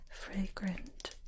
fragrant